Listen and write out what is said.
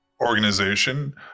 organization